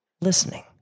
listening